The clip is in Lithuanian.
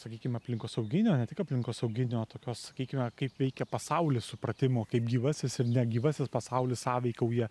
sakykim aplinkosauginio ne tik aplinkosauginio tokio sakykime kaip veikia pasaulis supratimo kaip gyvasis ir negyvasis pasaulis sąveikauja